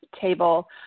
table